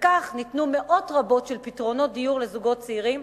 כך ניתנו מאות רבות של פתרונות דיור לזוגות צעירים,